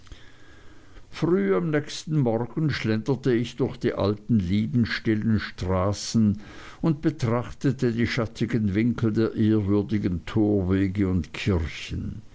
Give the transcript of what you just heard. früh am nächsten morgen schlenderte ich durch die alten lieben stillen straßen und betrachtete die schattigen winkel der ehrwürdigen torwege und kirchen